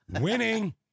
Winning